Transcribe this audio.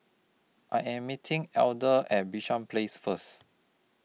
I Am meeting Elder At Bishan Place First